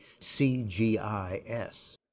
CGIS